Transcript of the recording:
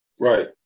Right